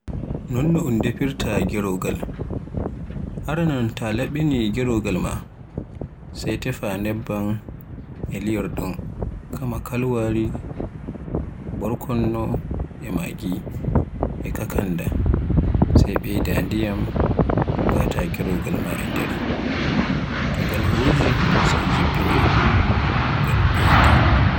Non no un defirta gerogaal. Aranon ta laɓɓini gerogaal maa, sai tefa nebban e liyorɗum maa, kamaa kalwari, borkonno e Maggi e kakanda sai ɓeyda ndiyam ngata gerogaal maa e nder. To ngal woji sai jiffina ngal ɓendi.